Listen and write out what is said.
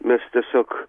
mes tiesiog